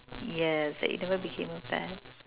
yes that you never became a vet